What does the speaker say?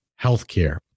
healthcare